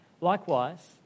likewise